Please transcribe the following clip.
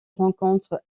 rencontre